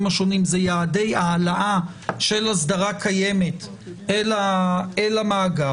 השונים זה יעדי העלאה של אסדרה קיימת אל המאגר,